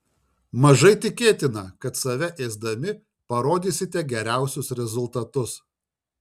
mažai tikėtina kad save ėsdami parodysite geriausius rezultatus